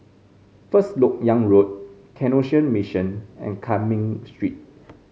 First LoK Yang Road Canossian Mission and Cumming Street